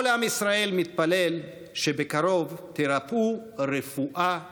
כל עם ישראל מתפלל שבקרוב תירפאו רפואה שלמה.